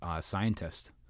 scientist